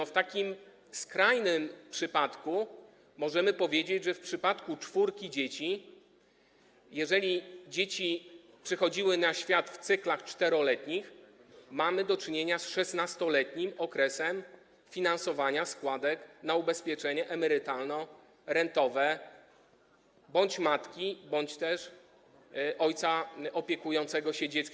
W takim skrajnym przypadku, tak możemy powiedzieć, w wypadku czwórki dzieci, jeżeli dzieci przychodziły na świat w cyklach czteroletnich, mamy do czynienia z szesnastoletnim okresem finansowania składek na ubezpieczenie emerytalno-rentowe bądź matki, bądź też ojca opiekującego się dziećmi.